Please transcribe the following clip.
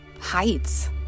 heights